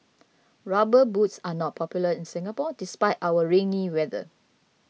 rubber boots are not popular in Singapore despite our rainy weather